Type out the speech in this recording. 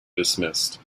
dismissed